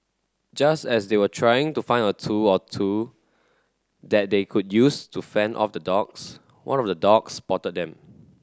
just as they were trying to find a tool or two that they could use to fend off the dogs one of the dogs spotted them